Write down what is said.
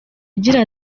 agira